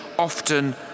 Often